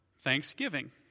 thanksgiving